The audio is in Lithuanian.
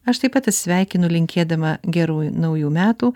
aš taip pat atsisveikinu linkėdama gerų naujų metų